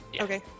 Okay